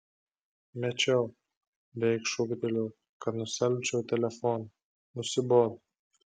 mečiau beveik šūktelėjau kad nustelbčiau telefoną nusibodo